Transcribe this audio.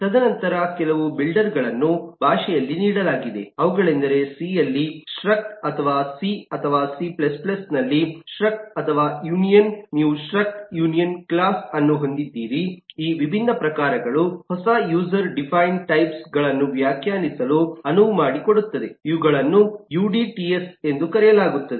ತದನಂತರ ಕೆಲವು ಬಿಲ್ಡರ್ ಗಳನ್ನು ಭಾಷೆಯಲ್ಲಿ ನೀಡಲಾಗಿದೆ ಅವುಗಳೆಂದರೆ ಸಿನಲ್ಲಿ ಸ್ಟ್ರಕ್ಟ್ ಅಥವಾ ಸಿ ಅಥವಾ ಸಿCನಲ್ಲಿ ಸ್ಟ್ರಕ್ಟ್ ಅಥವಾ ಯೂನಿಯನ್ ನೀವು ಸ್ಟ್ರಕ್ಟ್ ಯೂನಿಯನ್ ಕ್ಲಾಸ್ ಅನ್ನು ಹೊಂದಿದ್ದೀರಿ ಈ ವಿಭಿನ್ನ ಪ್ರಕಾರಗಳು ಹೊಸ ಯೂಸರ್ ಡಿಫೈನ್ಡ ಟೈಪ್ಸ್ ಗಳನ್ನು ವ್ಯಾಖ್ಯಾನಿಸಲು ಅನುವು ಮಾಡಿಕೊಡುತ್ತದೆ ಇವುಗಳನ್ನು ಯುಡಿಟಿಸ್ ಎಂದು ಕರೆಯಲಾಗುತ್ತದೆ